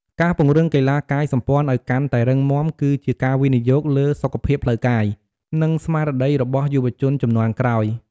ការពង្រឹងកីឡាកាយសម្ព័ន្ធឱ្យកាន់តែរឹងមាំ គឺជាការវិនិយោគលើសុខភាពផ្លូវកាយ និងស្មារតីរបស់យុវជនជំនាន់ក្រោយ។